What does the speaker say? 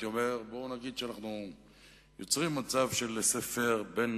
אומר: בואו נגיד שאנחנו יוצרים מצב של "לסה פר" בין,